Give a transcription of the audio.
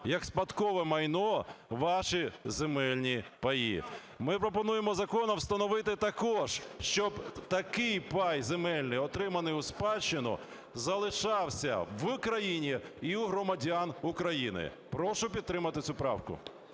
як спадкове майно ваші земельні паї. Ми пропонуємо законом встановити також, щоб такий пай земельний, отриманий у спадщину, залишався в країні і у громадян України. Прошу підтримати цю правку.